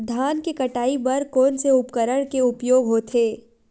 धान के कटाई बर कोन से उपकरण के उपयोग होथे?